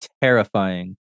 terrifying